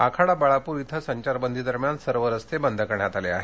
आखाडा बाळापूर येथे संचारबंदी दरम्यान सर्व रस्ते बंद करण्यात आले आहेत